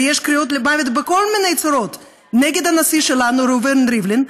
ויש קריאות למוות בכל מיני צורות נגד הנשיא שלנו ראובן ריבלין,